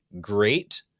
great